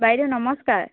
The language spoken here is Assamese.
বাইদেউ নমস্কাৰ